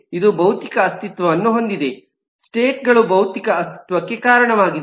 ಇದು ಭೌತಿಕ ಅಸ್ತಿತ್ವವನ್ನು ಹೊಂದಿದೆ ಸ್ಟೇಟ್ ಗಳು ಭೌತಿಕ ಅಸ್ತಿತ್ವಕ್ಕೆ ಕಾರಣವಾಗಿವೆ